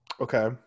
Okay